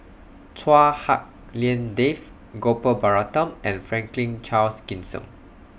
Chua Hak Lien Dave Gopal Baratham and Franklin Charles Gimson